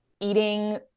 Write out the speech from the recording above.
eating